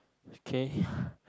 okay